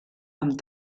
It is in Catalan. amb